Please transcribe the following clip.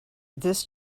this